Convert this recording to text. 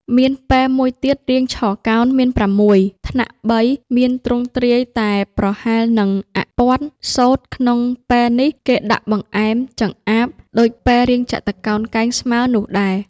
មានពែមួយទៀតរាងឆកោណ មាន ៦ ថ្នាក់3 មានទ្រង់ទ្រាយតែប្រហែល នឹងអាក់ព័ទ្ធសូត្រ ក្នុងពែនេះ គេដាក់បង្អែម-ចម្អាប ដូចពែរាងចតុកោណកែងស្មើនោះដែរ ។